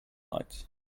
night